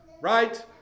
right